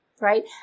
right